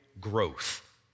growth